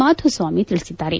ಮಾಧುಸ್ವಾಮಿ ತಿಳಿಸಿದ್ದಾರೆ